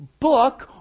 book